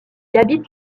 habite